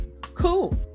cool